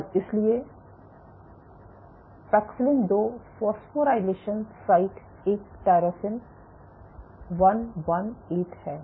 और इसलिए पैक्सिलिन में 2 फॉस्फोराइलेशन साइट एक टायरोसिन 118 है